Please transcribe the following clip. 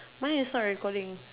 mine is not recording